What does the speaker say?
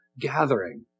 gathering